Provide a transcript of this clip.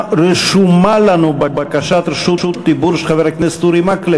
רשומה לנו בקשת רשות דיבור של חבר הכנסת אורי מקלב.